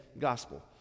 Gospel